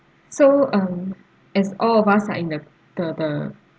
so um as all of us are in the the the